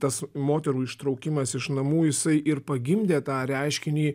tas moterų ištraukimas iš namų jisai ir pagimdė tą reiškinį